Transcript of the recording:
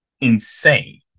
insane